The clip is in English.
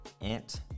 ant